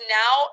now